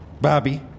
Bobby